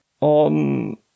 on